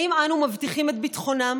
האם אנו מבטיחים את ביטחונם?